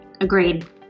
agreed